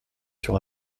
sur